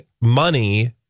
money